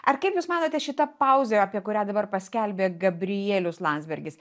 ar kaip jūs manote šita pauzė apie kurią dabar paskelbė gabrielius landsbergis